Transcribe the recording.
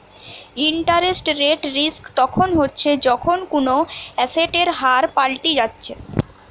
interest rate risk তখন হচ্ছে যখন কুনো এসেটের হার পাল্টি যাচ্ছে